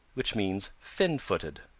which means fin-footed.